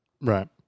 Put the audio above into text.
Right